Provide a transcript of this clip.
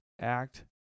act